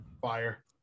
fire